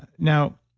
now,